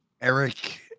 Eric